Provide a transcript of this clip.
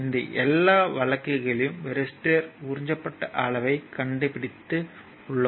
இந்த எல்லா வழக்குகளிலும் ரெசிஸ்டர் உறிஞ்சப்பட்ட அளவைக் கண்டுபிடித்து உள்ளோம்